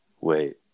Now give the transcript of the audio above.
Wait